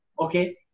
okay